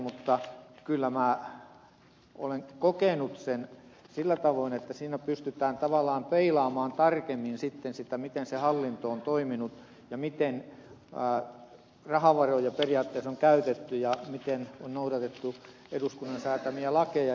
mutta kyllä minä olen kokenut sen sillä tavoin että siinä pystytään tavallaan peilaamaan tarkemmin sitten sitä miten se hallinto on toiminut miten rahavaroja periaatteessa on käytetty ja miten on noudatettu eduskunnan säätämiä lakeja